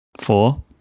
four